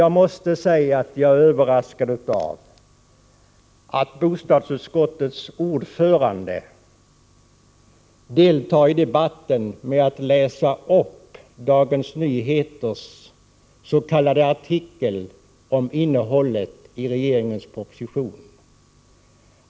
Jag måste säga att jag är överraskad över att bostadsutskottets ordförande deltar i debatten genom att läsa upp Dagens Nyheters s.k. artikel om innehållet i regeringens proposition.